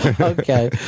okay